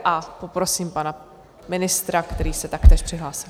A poprosím pana ministra, který se taktéž přihlásil.